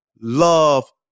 love